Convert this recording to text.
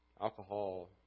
alcohol